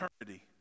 eternity